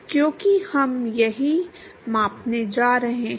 इसलिए क्योंकि हम यही मापने जा रहे हैं